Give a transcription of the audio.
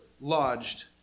lodged